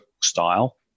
style